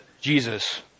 Jesus